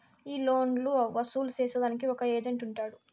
ఈ లోన్లు వసూలు సేసేదానికి ఒక ఏజెంట్ ఉంటాడు